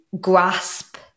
grasp